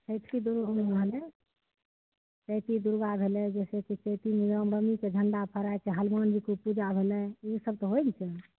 चैती दुर्गो होलै चैती दुर्गा भेलै जैसे कि चैती रामनवमीके झण्डा फहराए छै हलुमान जीके पूजा होलै ई सब तऽ होइ ने छै